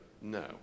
no